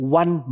one